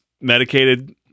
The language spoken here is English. medicated